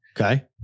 Okay